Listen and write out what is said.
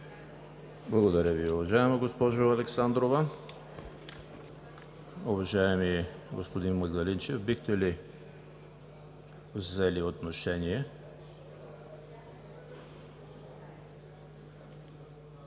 Благодаря Ви, уважаема госпожо Александрова. Уважаеми господин Магдалинчев, бихте ли взели отношение?